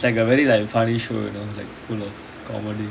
oh ya it's like a very like funny show you know like full of comedy